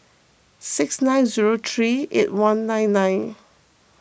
six nine zero three eight one nine nine